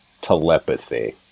telepathy